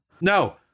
no